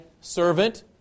servant